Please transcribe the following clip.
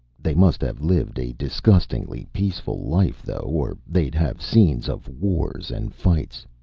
they must have lived a disgustingly peaceful life, though, or they'd have scenes of wars and fights.